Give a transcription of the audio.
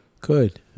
Good